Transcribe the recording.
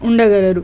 ఉండగలరు